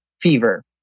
fever